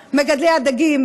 את מגדלי הדגים.